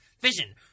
vision